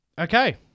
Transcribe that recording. Okay